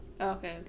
Okay